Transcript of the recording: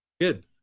Good